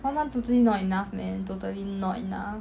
one month totally not enough man totally not enough